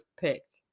picked